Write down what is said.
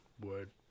word